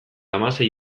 hamasei